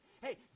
hey